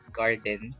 garden